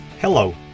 Hello